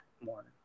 more